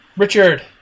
Richard